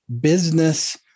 business